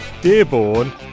Dearborn